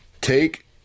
take